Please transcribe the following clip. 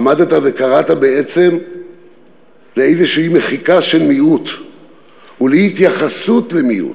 עמדת וקראת בעצם לאיזושהי מחיקה של מיעוט ולאי-התייחסות למיעוט.